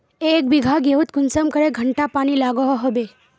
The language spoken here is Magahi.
एक बिगहा गेँहूत कुंसम करे घंटा पानी लागोहो होबे?